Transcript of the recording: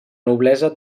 noblesa